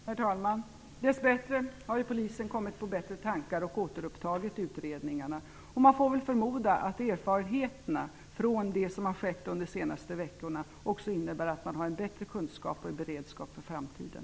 Herr talman! Dessbättre har polisen kommit på bättre tankar och återupptagit utredningarna. Man får förmoda att erfarenheterna av det som har skett under de senaste veckorna också innebär att man har en bättre kunskap och beredskap inför framtiden.